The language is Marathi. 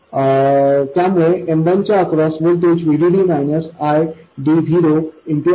त्यामुळे M1 च्या अक्रॉस व्होल्टेज VDD ID0RDआहे